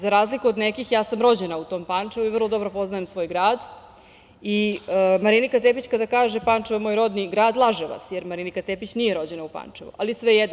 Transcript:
Za razliku od nekih, ja sam rođena u tom Pančevu i vrlo dobro poznajem svoj grad i Marinika Tepić kada kaže – Pančevo je moj rodni grad, laže vas, jer Marinika Tepić nije rođena u Pančevu, ali svejedno.